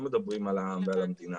אבל לא מדברים על העם ועל המדינה